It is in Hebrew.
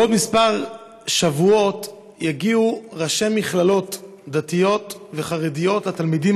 בעוד כמה שבועות יגיעו ראשי מכללות דתיות וחרדיות לתלמידים,